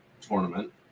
tournament